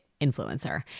influencer